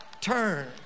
Turn